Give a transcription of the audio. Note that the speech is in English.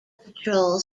patrol